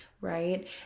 right